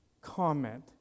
comment